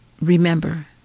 Remember